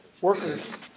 workers